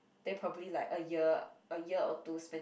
then probably like a year a year or two spent